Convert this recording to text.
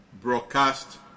broadcast